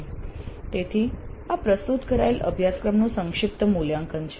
તેથી આ પ્રસ્તુત કરાયેલા અભ્યાસક્રમનું સંક્ષિપ્ત મૂલ્યાંકન છે